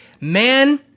man